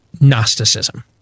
Gnosticism